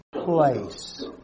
place